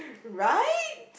right